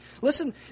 Listen